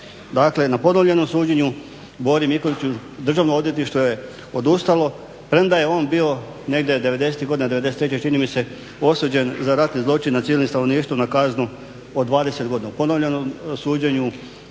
Dakle, na ponovljenom suđenju Bori Mikeliću državno odvjetništvo je odustalo premda je on bio negdje '90.-tih godina, '93. čini mi se osuđen za ratni zločin nad cijelim stanovništvom na kaznu od 20 godina. U ponovljenom suđenju